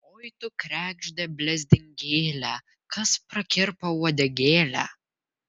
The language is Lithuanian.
oi tu kregžde blezdingėle kas prakirpo uodegėlę